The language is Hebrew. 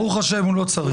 ברוך השם, הוא לא צריך.